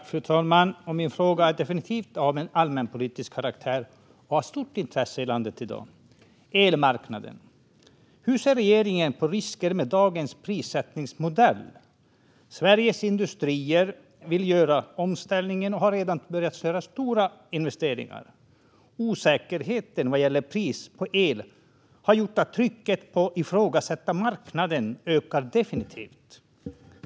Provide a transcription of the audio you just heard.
Fru talman! Min fråga är definitivt av allmänpolitisk karaktär, och intresset för den är stort i landet i dag. Det gäller elmarknaden. Hur ser regeringen på risker med dagens prissättningsmodell? Sveriges industrier vill göra omställningen och har redan börjat göra stora investeringar. Osäkerheten vad gäller pris på el har gjort att trycket på att ifrågasätta marknaden definitivt ökar.